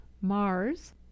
Mars